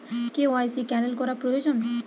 KYC cancel করা প্রয়োজন?